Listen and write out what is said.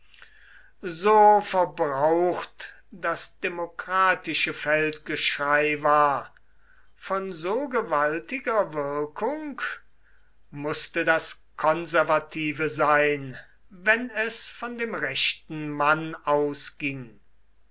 so verbraucht das demokratische feldgeschrei war von so gewaltiger wirkung wußte das konservative sein wenn es von dem rechten mann ausging